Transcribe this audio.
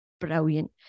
brilliant